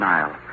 Nile